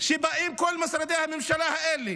כשבאים כל משרדי הממשלה האלה,